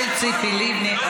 של ציפי לבני,